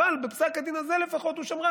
אבל בפסק הדין הזה לפחות הוא שמרן,